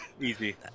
easy